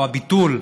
או הביטול,